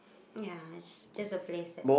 ya it's just a place that